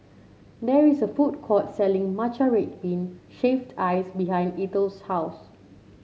there is a food court selling Matcha Red Bean Shaved Ice behind Eithel's house